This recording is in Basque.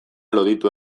loditu